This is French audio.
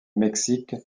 mexique